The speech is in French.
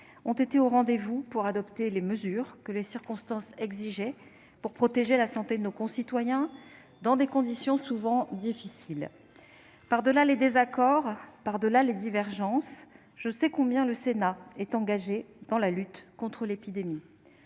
ont été au rendez-vous afin d'adopter les mesures que les circonstances exigeaient pour protéger la santé de nos concitoyens, dans des conditions souvent difficiles. Par-delà les désaccords, par-delà les divergences, je sais combien le Sénat est engagé dans la lutte contre l'épidémie.